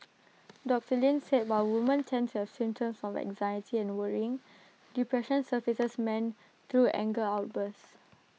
doctor Lin said while woman tend to have symptoms of anxiety and worrying depression surfaces men through anger outbursts